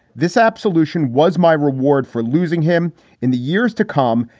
this absolution was my reward for losing him in the years to come.